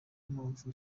mpamvu